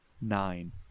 Nine